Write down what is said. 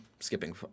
skipping